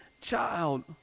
child